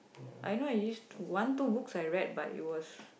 I know I used to one two books I read but it was